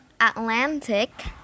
Atlantic